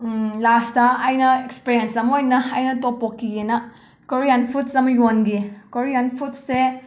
last ꯑꯩꯅ experience ꯑꯃ ꯑꯣꯏꯅ ꯑꯩꯅ ꯇꯣꯄꯣꯀꯤꯅ ꯀꯣꯔꯤꯌꯥꯟ ꯐꯨꯠꯁ ꯑꯃ ꯌꯣꯟꯈꯤ ꯀꯣꯔꯤꯌꯥꯟ ꯐꯨꯠꯁꯦ